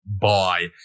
Bye